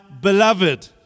beloved